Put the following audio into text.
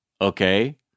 okay